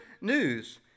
news